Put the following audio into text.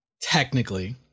Technically